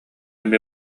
эмиэ